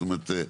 זאת אומרת,